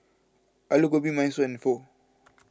Alu Gobi Minestrone and Pho